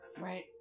Right